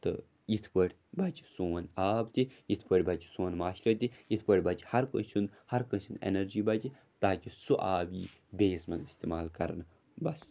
تہٕ یِتھ پٲٹھۍ بَچہِ سون آب تہِ یِتھ پٲٹھۍ بَچہِ سون معاشرٕ تہِ یِتھ پٲٹھۍ بَچہِ ہَر کٲنٛسہِ ہُنٛد ہَر کٲنٛسہِ ہُنٛد اٮ۪نَرجی بَچہِ تاکہِ سُہ آب یی بیٚیِس منٛز اِستعمال کَرنہٕ بَس